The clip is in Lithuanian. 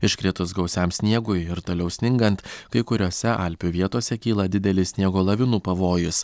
iškritus gausiam sniegui ir toliau sningant kai kuriose alpių vietose kyla didelis sniego lavinų pavojus